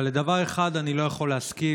אבל לדבר אחד אני לא יכול להסכים: